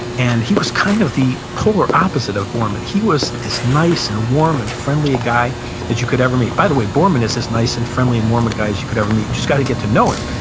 and he was kind of the polar opposite of borman. he was as nice and warm and friendly a guy as you could ever meet. by the way, borman is as nice and friendly and warm a guy as you could ever meet, you just got to get to know him.